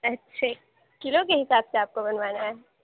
اچھا کلو کے حساب سے آپ کو بنوانا ہے